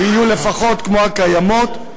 יהיו לפחות כמו הקיימות,